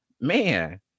man